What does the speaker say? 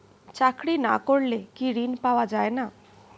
চাকরি না করলে কি ঋণ পাওয়া যায় না?